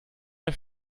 der